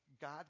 God